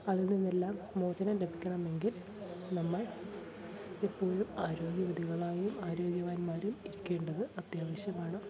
അതിൽ നിന്നെല്ലാം മോചനം ലഭിക്കണമെങ്കിൽ നമ്മൾ എപ്പോഴും ആരോഗ്യവതികളായും ആരോഗ്യവാന്മാരും ഇരിക്കേണ്ടത് അത്യാവശ്യമാണ്